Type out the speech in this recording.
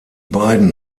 beiden